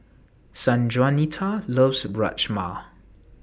Sanjuanita loves Rajma